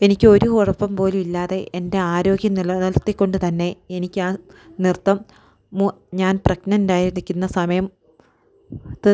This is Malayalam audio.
എനിക്കൊരു കുഴപ്പം പോലും ഇല്ലാതെ എൻ്റെ ആരോഗ്യം നിലനിർത്തിക്കൊണ്ട് തന്നെ എനിക്കാ നൃത്തം ഞാൻ പ്രഗ്നൻ്റ് ആയിരിക്കുന്ന സമയം